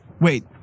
Wait